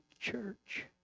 church